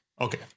Okay